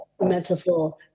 metaphor